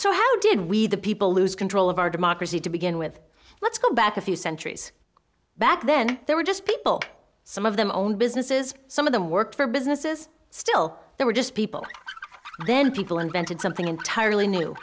so how did we the people lose control of our democracy to begin with let's go back a few centuries back then they were just people some of them owned businesses some of them worked for businesses still they were just people then people invented something entirely new